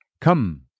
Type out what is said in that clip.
Come